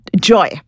joy